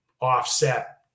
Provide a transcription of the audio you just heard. offset